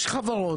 יש חברות,